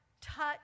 touch